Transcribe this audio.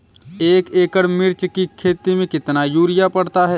एक एकड़ मिर्च की खेती में कितना यूरिया पड़ता है?